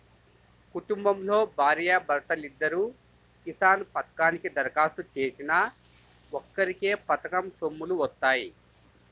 కుటుంబంలో భార్యా భర్తలిద్దరూ కిసాన్ పథకానికి దరఖాస్తు చేసినా ఒక్కరికే పథకం సొమ్ములు వత్తాయి